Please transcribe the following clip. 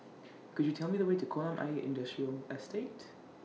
Could YOU Tell Me The Way to Kolam Ayer Industrial Estate